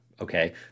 okay